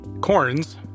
corns